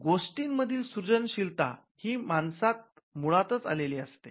गोष्टींमधील सृजनशीलता ही माणसात मुळातच आलेली असते